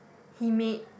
he made